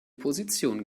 position